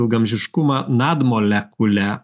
ilgaamžiškumą nad molekulę